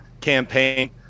campaign